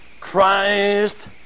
Christ